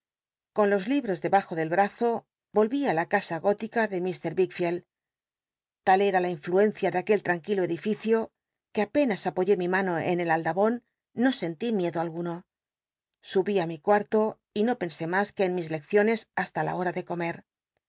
con los libros deba jo del brazo yolvi á la casa gótica de mr wickfleld tal era la influencia de aquel l ranctuilo edificio c uc apenas apoyé mi mano en el alclabon no sen tí miedo ninguno subí á mi cuarto y no pensé mas que en mis lecciones hasta la hora de comer